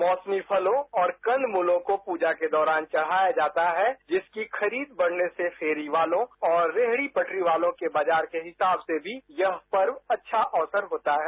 मौसमी फलों और कंद मूलों को पूजा के दौरान चढाया है जिसकी खरीद बढने से फेरीवालों और रेहडी पटरी वालों के बाजार के हिसाब से भी यह पर्व अच्छा अवसर होता है